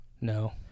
No